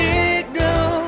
Signal